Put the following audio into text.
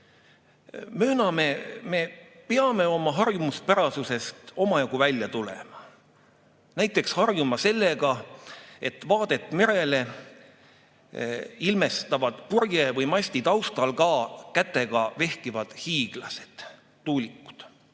me peame oma harjumuspärasusest omajagu välja tulema. Näiteks harjuma sellega, et vaadet merele ilmestavad purje või masti taustal ka kätega vehkivad hiiglased – tuulikud.